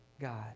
God